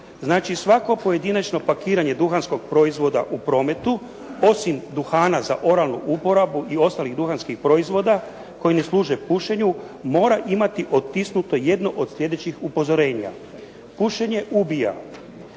Znači, svako pojedinačno pakiranje duhanskog proizvoda u prometu, osim duhana za oralnu uporabu i ostalih duhanskih proizvoda koji ne služe pušenju, mora imati otisnuto jedno od sljedećih upozorenja: "Pušenje ubija",